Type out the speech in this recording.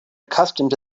accustomed